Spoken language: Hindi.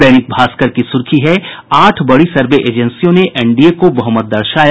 दैनिक भास्कर की सुर्खी है आठ बड़ी सर्वे एजेंसियों ने एनडीए को बहुमत दर्शाया